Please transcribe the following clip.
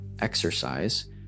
exercise